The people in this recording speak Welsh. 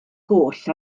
goll